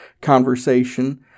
conversation